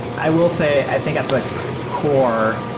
i will say i think at the core,